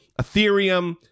Ethereum